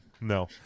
No